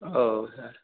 और सर